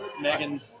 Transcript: Megan